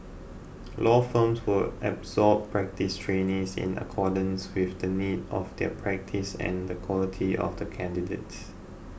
law firms will absorb practice trainees in accordance with the needs of their practice and the quality of the candidates